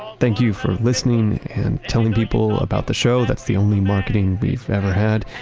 thank you for listening and telling people about the show. that's the only marketing we've ever had,